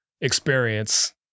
experience